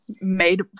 made